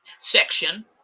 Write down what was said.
section